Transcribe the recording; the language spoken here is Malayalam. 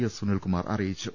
എസ് സൂനിൽകുമാർ അറിയിച്ചു